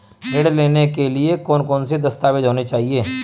ऋण लेने के लिए कौन कौन से दस्तावेज होने चाहिए?